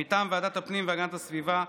מטעם ועדת הפנים והגנת הסביבה,